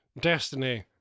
Destiny